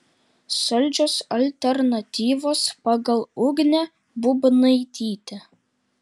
saldžios alternatyvos pagal ugnę būbnaitytę